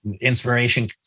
inspiration